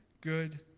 good